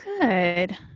Good